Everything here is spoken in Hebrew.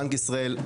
בנק ישראל,